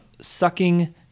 sucking